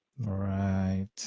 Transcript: Right